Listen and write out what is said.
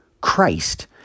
Christ